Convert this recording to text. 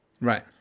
right